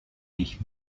mich